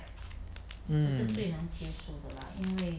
mm